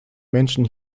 menschen